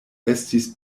estis